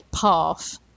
path